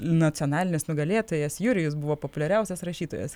nacionalinis nugalėtojas jurijus buvo populiariausias rašytojas